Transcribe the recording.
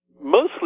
mostly